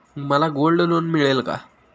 मला gold loan मिळेल का?